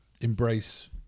embrace